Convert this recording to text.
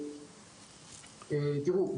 תראו,